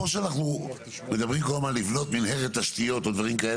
אנחנו מדברים כל הזמן על בניית מנהרת תשתיות וכולי,